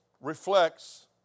reflects